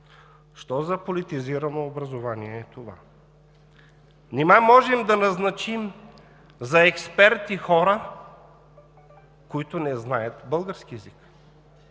Що за политизирано образование е това? Нима можем да назначим за експерти хора, които не знаят български език?